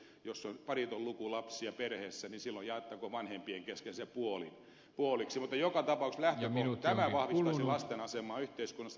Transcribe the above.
jos on pariton luku lapsia perheessä niin silloin jaettakoon vanhempien kesken se puoliksi mutta joka tapauksessa tämä vahvistaisi lasten asemaa yhteiskunnassa